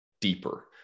deeper